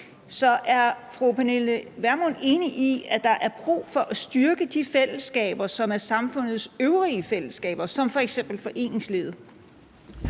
Så er fru Pernille Vermund enig i, at der er brug for at styrke de fællesskaber, som er samfundets øvrige fællesskaber, som f.eks. foreningslivet?